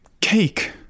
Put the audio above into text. cake